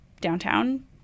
downtown